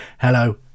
hello